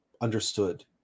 understood